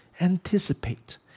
Anticipate